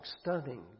stunning